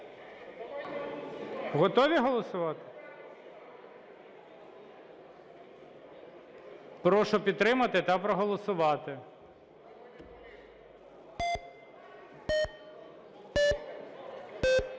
Готові голосувати? Прошу підтримати та проголосувати.